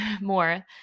more